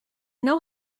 know